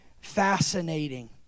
fascinating